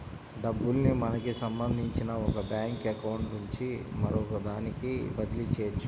డబ్బుల్ని మనకి సంబంధించిన ఒక బ్యేంకు అకౌంట్ నుంచి మరొకదానికి బదిలీ చెయ్యొచ్చు